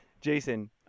Jason